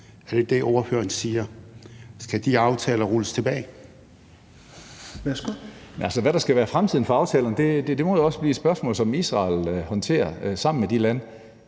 Helveg Petersen): Værsgo. Kl. 16:02 Karsten Hønge (SF): Hvad der skal være fremtiden for aftalerne, må jo også blive et spørgsmål, som Israel håndterer sammen med de lande.